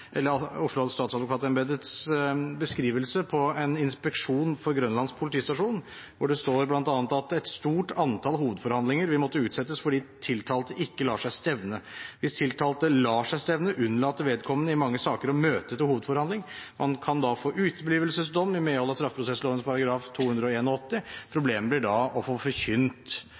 beskrivelse av en inspeksjon på Grønland politistasjon. Der står det bl.a.: «Et stort antall hovedforhandlinger vil måtte utsettes fordi tiltalte ikke lar seg stevne. Hvis tiltalte lar seg stevne, unnlater vedkommende i mange saker å møte til hovedforhandling. Man kan da få uteblivelsesdom i medhold av straffeprosessloven § 281. Problemet da blir å få forkynt